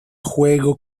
juego